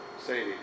Sadie